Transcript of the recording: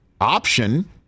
option